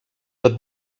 that